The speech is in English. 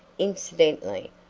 incidentally,